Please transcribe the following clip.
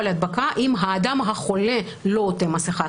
להדבקה אם האדם החולה לא עוטה מסכה,